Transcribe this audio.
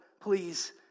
please